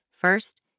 First